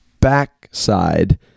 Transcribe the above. backside